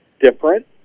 different